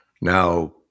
now